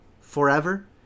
forever